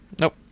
Nope